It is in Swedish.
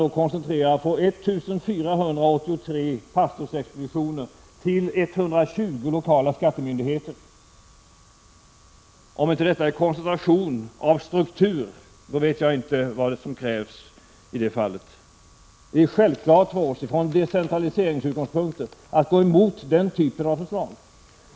Där koncentrerar man verksamheten på 1 483 pastorsexpeditioner till 120 lokala skattemyndigheter. Om inte detta är koncentration av struktur, då vet jag inte vad som krävs för att tala om koncentration. Det är självklart att man också från decentraliseringsutgångspunkter måste gå emot den typen av förslag.